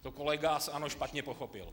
To kolega z ANO špatně pochopil.